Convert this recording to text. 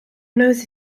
nose